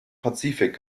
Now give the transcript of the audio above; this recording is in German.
pazifik